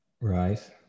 Right